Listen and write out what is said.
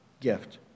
gift